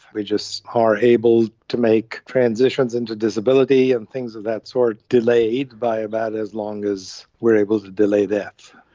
we just are able to make transitions into disability and things of that sort delayed by about as long as we are able to delay death.